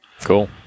cool